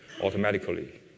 automatically